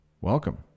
Welcome